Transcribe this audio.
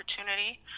opportunity